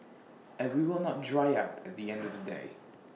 and we will not dry out at the end of the day